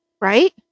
Right